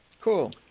cool